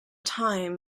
time